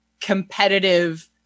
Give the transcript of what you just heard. competitive